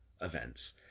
events